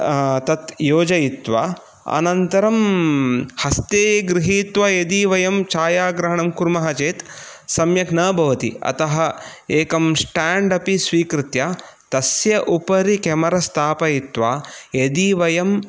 तत् योजयित्वा अनन्तरं हस्ते गृहीत्वा यदि वयं छायाग्रहणं कुर्मः चेत् सम्यक् न भवति अतः एकं स्टाण्ड् अपि स्वीकृत्य तस्य उपरि केमरा स्थापयित्वा यदि वयं